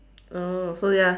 oh so ya